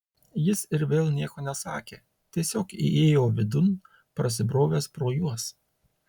jis ir vėl nieko nesakė tiesiog įėjo vidun prasibrovęs pro juos